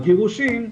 ובגירושין,